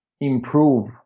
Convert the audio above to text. improve